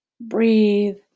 Breathe